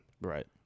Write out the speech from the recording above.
Right